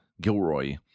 Gilroy